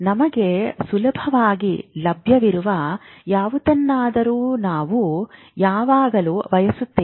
ನಮಗೆ ಸುಲಭವಾಗಿ ಲಭ್ಯವಿರುವ ಯಾವುದನ್ನಾದರೂ ನಾವು ಯಾವಾಗಲೂ ಬಯಸುತ್ತೇವೆ